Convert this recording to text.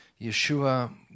Yeshua